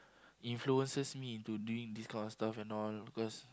influences me into doing these kind of stuff and all because